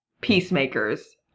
peacemakers